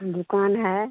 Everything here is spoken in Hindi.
दुकान है